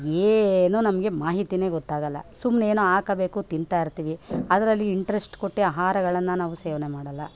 ಏನೂ ನಮಗೆ ಮಾಹಿತಿಯೇ ಗೊತ್ತಾಗಲ್ಲ ಸುಮ್ಮನೆ ಏನೋ ಹಾಕಬೇಕು ತಿಂತಾಯಿರ್ತೀವಿ ಅದರಲ್ಲಿ ಇಂಟ್ರೆಸ್ಟ್ ಕೊಟ್ಟು ಆಹಾರಗಳನ್ನು ನಾವು ಸೇವನೆ ಮಾಡಲ್ಲ